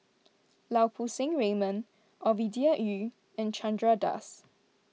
Lau Poo Seng Raymond Ovidia Yu and Chandra Das